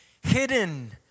hidden